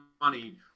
money